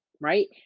right